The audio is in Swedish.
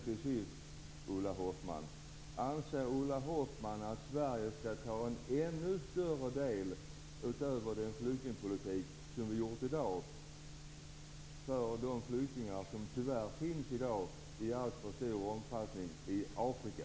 Till sist: Anser Ulla Hoffmann att Sverige skall ta emot en ännu större andel än vad vi gör i dag av de flyktingar som tyvärr finns i dag i alltför stor omfattning i Afrika?